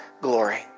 glory